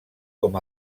com